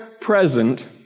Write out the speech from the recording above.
present